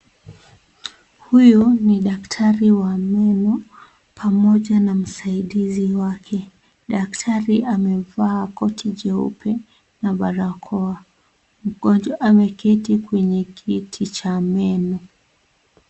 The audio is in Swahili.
Huyu ni daktari wa meno pamoja na msaidizi wake daktari amevaa koti jeupe na barakoa mgonjwa ameketi kwenye kiti cha meno.